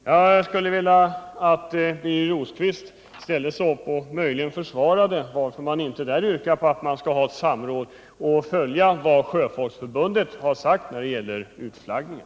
Jag skulle vilja att Birger Rosqvist försvarade att socialdemokraterna i reservationen inte yrkar på ett samråd och på att man skall följa vad Sjöfolksförbundet sagt när det gäller utflaggningen.